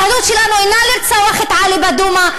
היהדות שלנו אינה לרצוח את עלי בדומא.